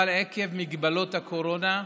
אבל עקב הגבלות הקורונה,